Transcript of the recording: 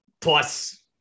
plus